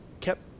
kept